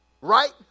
Right